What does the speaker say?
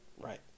right